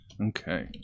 Okay